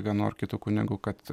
vienu ar kitu kunigu kad